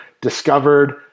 discovered